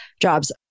jobs